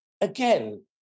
again